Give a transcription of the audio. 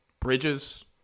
Bridges